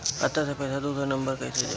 खाता से पैसा दूसर जगह कईसे जाई?